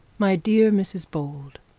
my dear mrs bold,